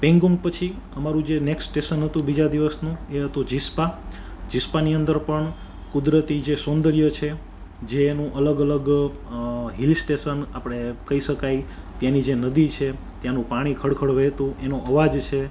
પેનગોમ પછી અમારું જે નેક્સ્ટ સ્ટેશન હતું બીજા દિવસનું એ હતું જિસપા જિસપાની અંદર પણ કુદરતી જે સૌંદર્ય છે જે એનું અલગ અલગ હિલ સ્ટેશન આપડે કઈ શકાય તેની જે નદી છે ત્યાંનું પાણી ખળ ખળ વહેતું એનો અવાજ છે